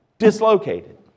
Dislocated